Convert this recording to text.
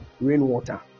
rainwater